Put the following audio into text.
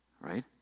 Right